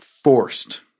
Forced